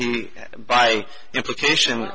he by implication